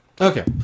Okay